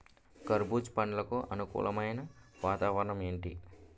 కర్బుజ పండ్లకు అనుకూలమైన వాతావరణం ఏంటి?